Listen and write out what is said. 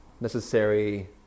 necessary